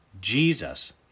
Jesus